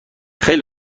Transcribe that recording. خیلی